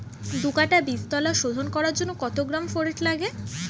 দু কাটা বীজতলা শোধন করার জন্য কত গ্রাম ফোরেট লাগে?